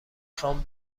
خوام